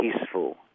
peaceful